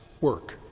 work